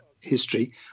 history